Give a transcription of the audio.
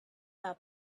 out